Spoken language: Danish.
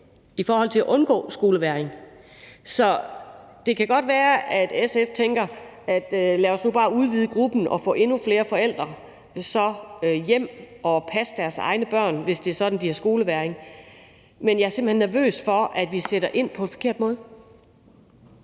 i forhold til at undgå skolevægring. Så det kan godt være, at SF tænker: Lad os nu bare udvide gruppen og få endnu flere forældre hjem at passe deres egne børn, hvis det er sådan, de har skolevægring. Men jeg er simpelt hen nervøs for, at vi sætter ind på en forkert måde.